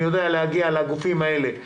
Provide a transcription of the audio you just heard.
אני יודע להגיע לגופים האלה שאמרתי,